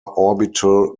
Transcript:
orbital